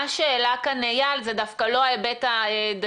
מה שהעלה כאן אייל זה דווקא לא ההיבט הדתי,